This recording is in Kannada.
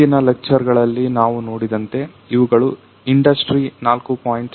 ಹಿಂದಿನ ಲೆಕ್ಚರ್ ಗಳಲ್ಲಿ ನಾವು ನೋಡಿದಂತೆ ಇವುಗಳು ಇಂಡಸ್ಟ್ರಿ4